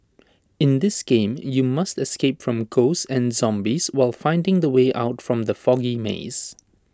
in this game you must escape from ghosts and zombies while finding the way out from the foggy maze